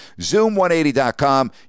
Zoom180.com